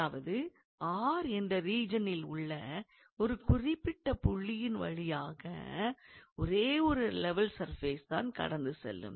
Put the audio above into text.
அதாவது R என்ற ரீஜனில் உள்ள ஒரு குறிப்பிட்ட புள்ளியின் வழியாக ஒரே ஒரு லெவல் சர்ஃபேஸ் தான் கடந்து செல்லும்